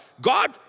God